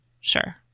Sure